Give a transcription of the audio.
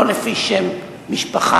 לא לפי שם משפחה,